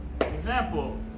Example